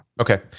Okay